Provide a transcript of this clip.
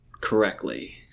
Correctly